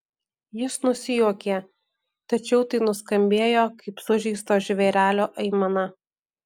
jis nusijuokė tačiau tai nuskambėjo kaip sužeisto žvėrelio aimana